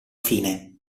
fine